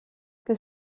que